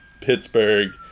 Pittsburgh